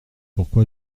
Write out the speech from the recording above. pourquoi